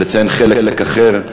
ולציין חלק אחר,